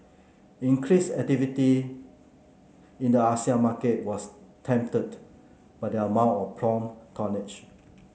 increase activity in the ASEAN market was tempered by the amount of prompt tonnage